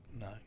no